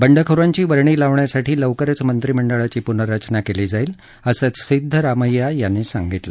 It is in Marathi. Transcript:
बंडखोरांची वर्णी लावण्यासाठी लवकरच मंत्रिमंडळाची पुनर्रचना केली जाईल असं सिद्धरामय्या यांनी सांगितलं